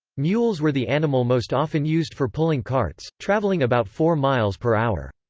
mules were the animal most often used for pulling carts, travelling about four mph.